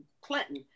Clinton